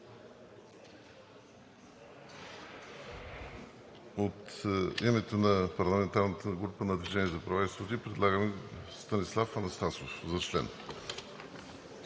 От името на парламентарната група на „Движение за права и свободи“ предлагаме Станислав Анастасов за член.